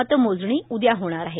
मतमोजणी उद्या होणार आहे